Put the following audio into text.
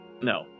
No